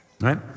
Right